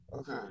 okay